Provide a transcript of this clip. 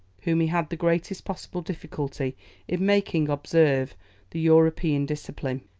whom he had the greatest possible difficulty in making observe the european discipline.